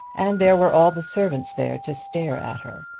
and there were all the servants there to stare at her,